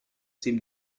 seem